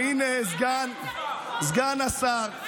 והינה סגן השר,